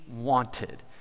wanted